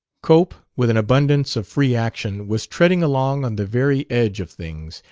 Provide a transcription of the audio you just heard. cope, with an abundance of free action, was treading along on the very edge of things,